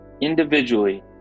Individually